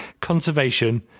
conservation